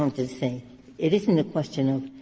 um to say it isn't a question of